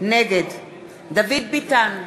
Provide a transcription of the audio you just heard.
נגד דוד ביטן,